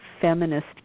feminist